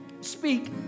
Speak